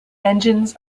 engines